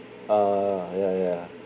uh ya ya